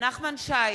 נחמן שי,